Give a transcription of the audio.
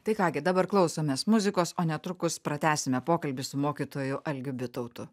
tai ką gi dabar klausomės muzikos o netrukus pratęsime pokalbį su mokytoju algiu bitautu